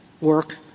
work